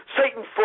Satan